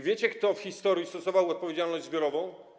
Wiecie, kto w historii stosował odpowiedzialność zbiorową?